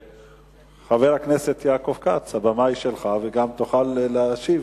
חבר הכנסת יעקב כץ, הבמה היא שלך, וגם תוכל להשיב.